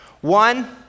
One